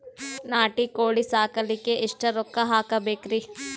ನಾಟಿ ಕೋಳೀ ಸಾಕಲಿಕ್ಕಿ ಎಷ್ಟ ರೊಕ್ಕ ಹಾಕಬೇಕ್ರಿ?